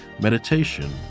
meditation